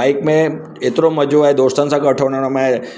bike में एतिरो मज़ो आहे दोस्तनि सां गठो हुअण में